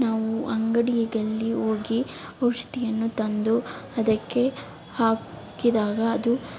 ನಾವು ಅಂಗಡಿಗಲ್ಲಿ ಹೋಗಿ ಔಷಧಿಯನ್ನು ತಂದು ಅದಕ್ಕೆ ಹಾಕಿದಾಗ ಅದು